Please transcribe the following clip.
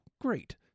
great